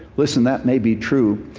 listen, that may be true,